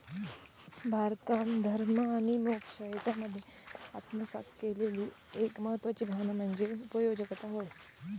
भारतान धर्म आणि मोक्ष यांच्यामध्ये आत्मसात केलेली एक महत्वाची भावना म्हणजे उगयोजकता होय